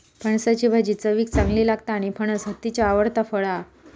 फणसाची भाजी चवीक चांगली लागता आणि फणस हत्तीचा आवडता फळ हा